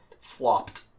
flopped